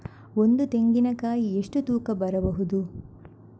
ಒಂದು ತೆಂಗಿನ ಕಾಯಿ ಎಷ್ಟು ತೂಕ ಬರಬಹುದು?